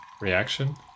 reaction